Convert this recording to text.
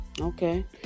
Okay